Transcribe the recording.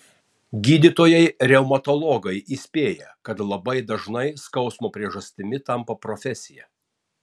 gydytojai reumatologai įspėja kad labai dažnai skausmo priežastimi tampa profesija